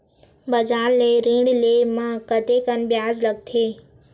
बजार ले ऋण ले म कतेकन ब्याज लगथे?